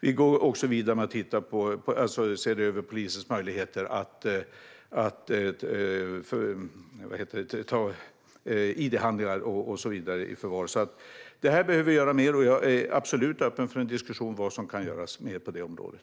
Vi går också vidare med att se över polisens möjligheter att ta id-handlingar och så vidare i förvar. Här behöver vi göra mer, och jag är absolut öppen för en diskussion om vad som kan göras mer på det området.